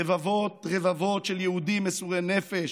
רבבות רבבות של יהודים מסורי נפש,